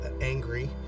angry